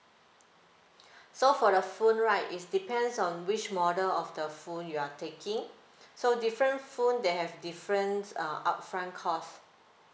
so for the phone right is depends on which model of the phone you are taking so different phone they have difference um upfront cost